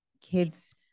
kids